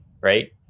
right